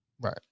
right